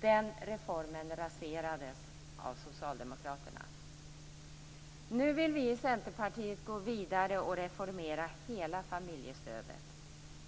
Den reformen raserades av socialdemokraterna. Nu vill vi i Centerpartiet gå vidare och reformera hela familjestödet.